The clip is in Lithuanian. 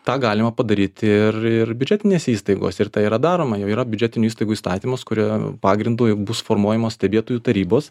tą galima padaryti ir ir biudžetinėse įstaigose ir tai yra daroma jau yra biudžetinių įstaigų įstatymas kurio pagrindu bus formuojamos stebėtojų tarybos